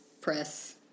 press